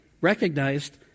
recognized